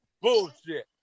bullshit